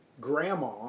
grandma